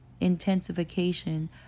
intensification